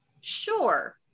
sure